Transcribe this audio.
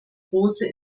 große